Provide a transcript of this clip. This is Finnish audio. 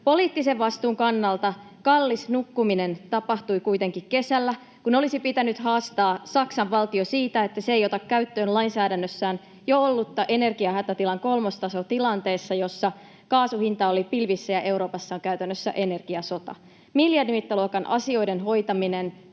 Poliittisen vastuun kannalta kallis nukkuminen tapahtui kuitenkin kesällä, kun olisi pitänyt haastaa Saksan valtio siitä, että se ei ota käyttöön lainsäädännössään jo ollutta energiahätätilan kolmostasoa tilanteessa, jossa kaasun hinta on pilvissä ja Euroopassa on käytännössä energiasota. Miljardimittaluokan asioiden hoitaminen